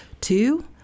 Two